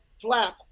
flap